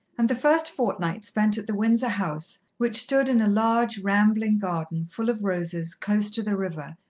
and the first fortnight spent at the windsor house, which stood in a large, rambling garden, full of roses, close to the river,